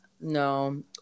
No